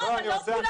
לא כולם